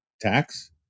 tax